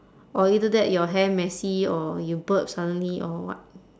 or either that your hair messy or you burp suddenly or what